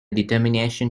determination